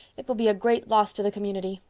it will be a great loss to the community.